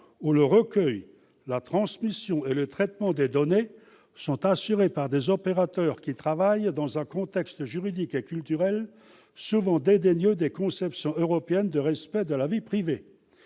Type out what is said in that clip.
où la collecte, la transmission et le traitement des données sont assurés par des opérateurs qui travaillent dans un contexte juridique et culturel souvent dédaigneux des conceptions européennes du respect de la vie privée.